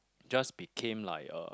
just became like a